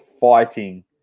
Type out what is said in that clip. fighting